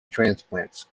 transplants